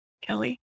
Kelly